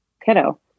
kiddo